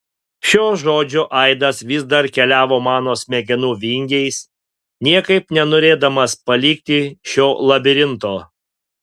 šio žodžio aidas vis dar keliavo mano smegenų vingiais niekaip nenorėdamas palikti šio labirinto